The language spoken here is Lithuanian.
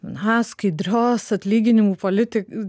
na skaidrios atlyginimų politik